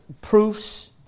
proofs